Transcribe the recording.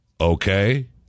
Okay